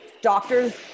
Doctors